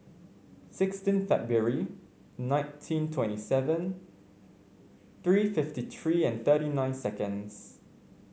sixteen February nineteen twenty seven three fifty three and thirty nine seconds